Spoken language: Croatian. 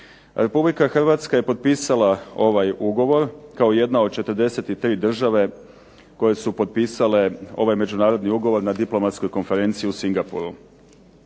Republika Hrvatska je potpisala ovaj ugovor kao jedna od 43 države koje su potpisale ovaj međunarodni ugovor na diplomatskoj konferenciji u Singapuru.